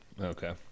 Okay